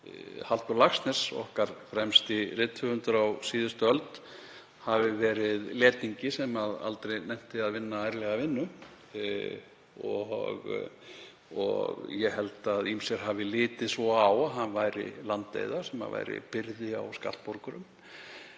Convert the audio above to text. Halldór Laxness, okkar fremsti rithöfundur á síðustu öld, hafi verið letingi sem aldrei nennti að vinna ærlega vinnu, og ég held að ýmsir hafi litið svo á að hann væri landeyða sem væri byrði á skattborgurunum.